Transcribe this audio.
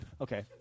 Okay